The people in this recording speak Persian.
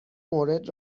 مورد